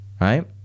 right